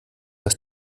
dass